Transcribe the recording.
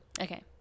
okay